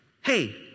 hey